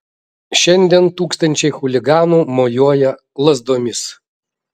šiandien tūkstančiai chuliganų mojuoja lazdomis